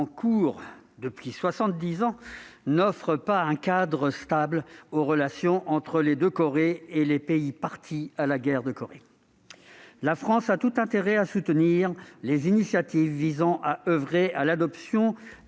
soixante-dix ans n'offre pas un cadre stable aux relations entre les deux Corées et les pays parties à la guerre de Corée. La France a tout intérêt à soutenir les initiatives en faveur de l'adoption